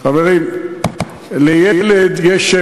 אדוני שר